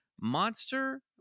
monster